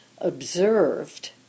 observed